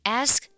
ask